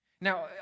now